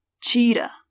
Cheetah